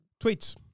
Tweets